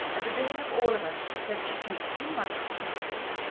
at the bidding of all of us she said she'd take two months to think of it.